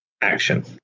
Action